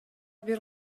бир